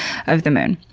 of the moon.